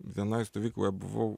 vienoj stovykloje buvau